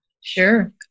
sure